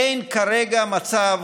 אין כרגע מצב,